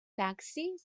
taxi